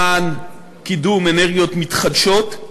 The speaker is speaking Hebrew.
למען קידום אנרגיות מתחדשות.